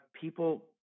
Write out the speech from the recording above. people